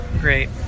Great